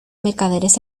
mercaderes